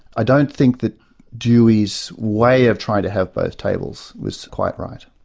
i don't think that dewey's way of trying to have both tables was quite right.